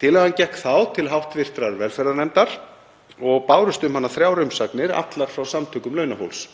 Tillagan gekk þá til hv. velferðarnefndar og bárust um hana þrjár umsagnir, allar frá samtökum launafólks.